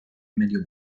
medio